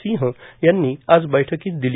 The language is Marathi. सिंह यांनी आज बैठकीत दिली